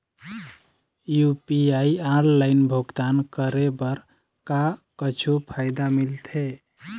UPI online भुगतान करे बर का कुछू फायदा मिलथे?